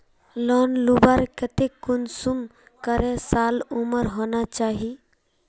Loan लुबार केते कुंसम करे साल उमर होना चही?